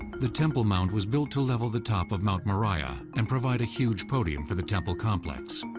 the temple mount was built to level the top of mount moriah, and provide a huge podium for the temple complex.